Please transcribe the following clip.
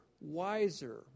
wiser